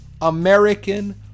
American